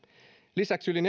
lisäksi yli